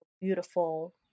beautiful